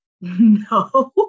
no